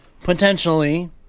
potentially